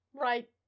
Right